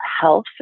health